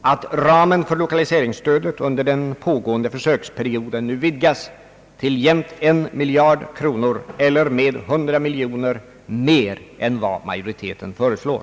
att ramen för lokaliseringsstödet under den pågående försöksperioden nu vidgas till jämnt en miljard kronor eller med 100 miljoner kronor mer än vad utskottsmajoriteten föreslår.